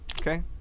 Okay